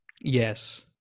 Yes